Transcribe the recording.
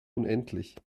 unendlich